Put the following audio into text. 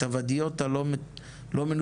את הוואדיות הלא מנוצלות,